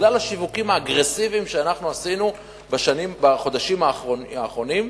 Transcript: בגלל השיווקים האגרסיביים שאנחנו עשינו בחודשים האחרונים.